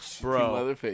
Bro